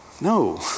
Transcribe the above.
No